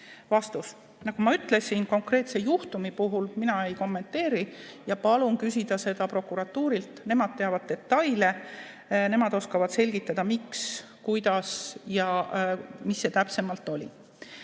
Nagu ma ütlesin, konkreetset juhtumit mina ei kommenteeri ja palun küsida seda prokuratuurilt, nemad teavad detaile. Nemad oskavad selgitada, miks, kuidas ja mis see täpsemalt oli.